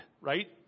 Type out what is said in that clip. right